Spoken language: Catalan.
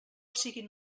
siguin